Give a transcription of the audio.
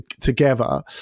together